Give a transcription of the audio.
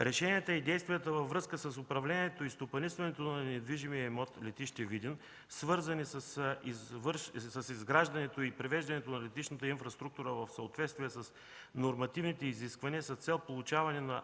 Решенията и действията във връзка с управлението и стопанисването на недвижимия имот летище Видин, свързани с изграждането и превеждането на летищната инфраструктура в съответствие с нормативните изисквания с цел получаване на